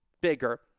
bigger